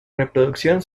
reproducción